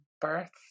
birth